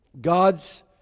God's